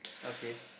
okay